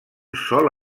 sol